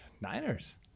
Niners